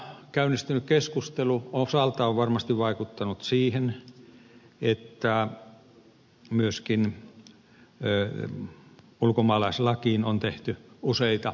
tämä käynnistynyt keskustelu osaltaan on varmasti vaikuttanut siihen että myöskin ulkomaalaislakiin on tehty useita muutosesityksiä